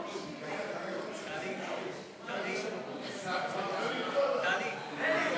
חוק עסקאות גופים ציבוריים (תיקון מס'